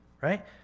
Right